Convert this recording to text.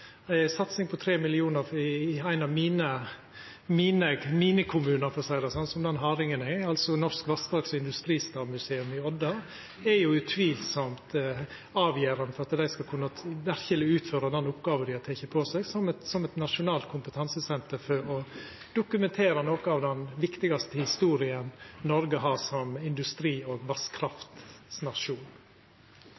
satsing på 3 mill. kr i ein av «mine» kommunar – for å seie det sånn, som den hardingen eg er – på Norsk Vasskraft- og Industristadmuseum i Odda er utvilsamt avgjerande for at dei verkeleg skal kunna utføra den oppgåva dei har teke på seg som eit nasjonalt kompetansesenter for å dokumentera noko av den viktigaste historia Noreg har som industri- og